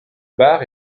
bar